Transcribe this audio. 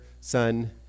Son